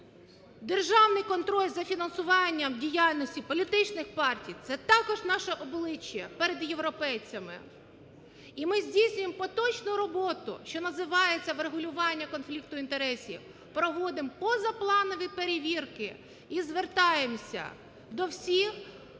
державний контроль за фінансуванням діяльності політичних партій. Це також наше обличчя перед європейцями. І ми здійснюємо поточну роботу, що називається врегулювання конфлікту інтересів, проводимо позапланові перевірки і звертаємося до всіх,